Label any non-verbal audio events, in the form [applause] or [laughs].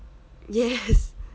yes [laughs]